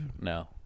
No